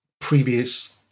previous